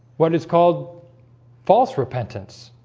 what is called false repentance